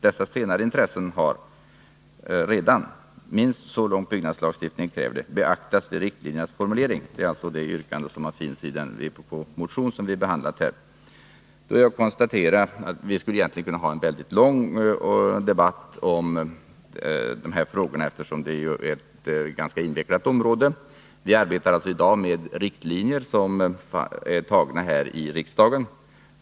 Dessa senare intressen har redan, minst så långt byggnadslagstiftningen kräver det, beaktats vid riktlinjernas formulering.” Det är alltså det yrkande som finns i den vpk-motion som här behandlas. Jag konstaterar att vi egentligen skulle kunna ha en mycket lång debatt i dessa frågor eftersom det här gäller ett ganska invecklat område. Vi arbetar alltså i dag med riktlinjer som har antagits av riksdagen.